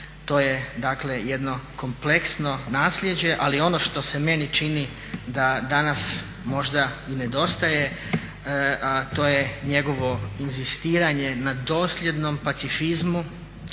to je jedno kompleksno nasljeđe. Ali ono što se meni čini da danas možda i nedostaje a to je njegovo inzistiranje na dosljednom pacifizmu,